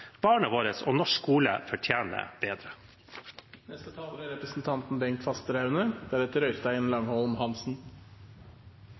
Barna våre og norsk skole fortjener bedre.